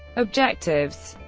objectives